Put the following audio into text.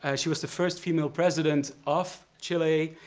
ah she was the first female president of chile,